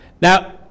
Now